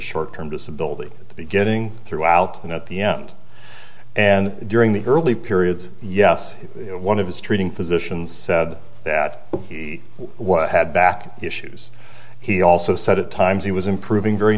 short term disability beginning throughout and at the end and during the early periods yes one of his treating physicians said that he had back issues he also said at times he was improving very